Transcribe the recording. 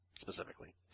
specifically